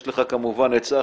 יש לך כמובן את צחי,